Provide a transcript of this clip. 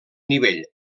nivell